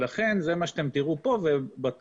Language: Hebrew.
זה מה שאתם תראו פה ובתוספת,